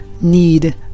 need